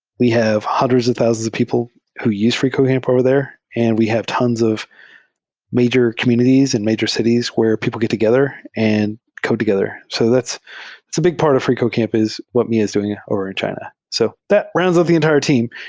we have hundreds and thousands of people who use freecodecamp over there, and we have tons of major communities and major cities where people get together and come together. so that's that's a big part of freecodecamp is what miya is doing over in china. so that rounds up the entire team.